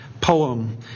poem